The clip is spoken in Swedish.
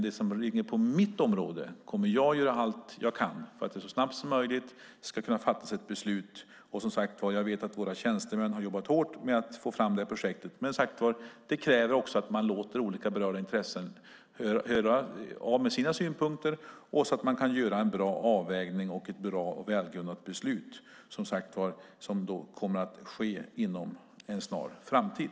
Jag kommer att göra allt vad jag kan för att det så snabbt som möjligt ska kunna fattas ett beslut om det som ligger inom mitt område. Jag vet, som sagt var, att våra tjänstemän har jobbat hårt med att få fram detta projekt. Men det kräver också att man låter olika berörda intressen ge sina synpunkter så att man kan göra en bra avvägning och fatta ett bra och välgrundat beslut, vilket kommer att ske inom en snar framtid.